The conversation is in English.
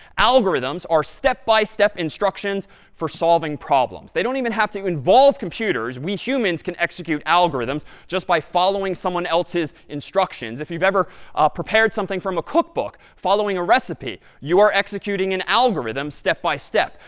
algorithms are step by step instructions for solving problems. they don't even have to involve computers. we humans can execute algorithms just by following someone else's instructions. if you've ever prepared something from a cookbook, following a recipe, you are executing an algorithm step by step.